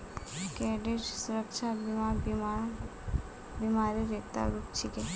credit सुरक्षा बीमा बीमा र एकता रूप छिके